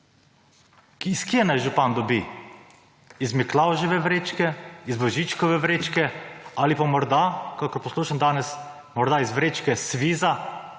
Iz kje naj župan dobi? Iz Miklavževe vrečke, iz božičkove vrečke ali pa morda, kot poslušam danes, morda iz vrečke SVIZ-a,